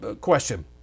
question